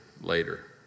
later